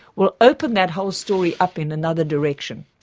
will open that whole story up in another direction.